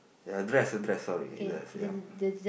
ya dress a dress sorry yes yup